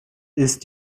ist